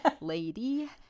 lady